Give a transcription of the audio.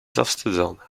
zawstydzony